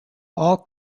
all